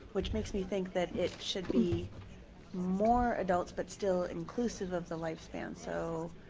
which makes me think that it should be more adult but still inclusive of the lifespan. so,